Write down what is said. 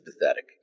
pathetic